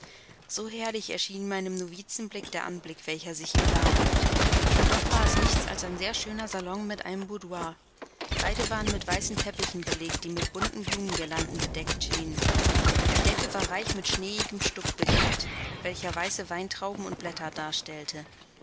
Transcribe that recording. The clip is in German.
so herrlich erschien meinem novizenblick der anblick welcher sich ihm darbot und doch war es nichts als ein sehr hübscher salon mit einem boudoir beide waren mit weißen teppichen belegt die mit bunten blumenguirlanden bedeckt schienen die decke war reich mit schneeigem stuck bedeckt welcher weiße weintrauben und blätter darstellte